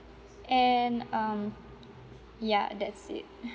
and um ya that's it